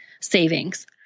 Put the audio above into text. savings